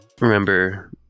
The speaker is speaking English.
remember